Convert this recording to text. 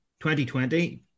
2020